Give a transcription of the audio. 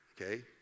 okay